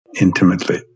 intimately